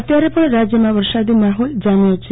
અત્યારે પણ રાજયમાં વરસાદી માહોલ જામ્યો છે